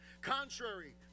Contrary